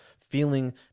feeling